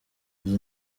izo